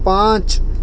پانچ